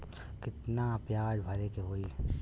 कितना ब्याज भरे के होई?